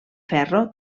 ferro